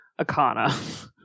Akana